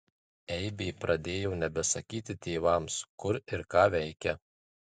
eibė pradėjo nebesakyti tėvams kur ir ką veikia